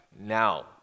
now